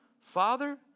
father